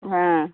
ആ